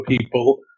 people